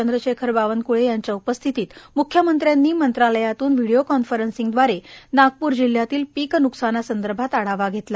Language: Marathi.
चंद्रशेखर बावनकूळे यांच्या उपस्थितीत मुख्यमंत्र्यांनी मंत्रालयातून कीडीओ कॉन्फरन्सद्वारे नागपूर जिल्ह्यातील पीक नुकसानासंदर्भात आढावा घेतला